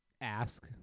ask